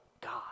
God